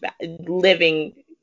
living